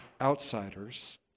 outsiders